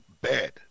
bad